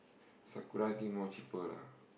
Sakura I think more cheaper lah